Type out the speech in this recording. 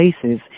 places